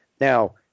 Now